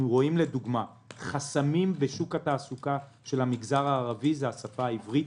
אנחנו רואים חסמים בשוק התעסוקה של המגזר הערבי השפה העברית.